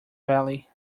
valley